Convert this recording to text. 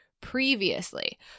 Previously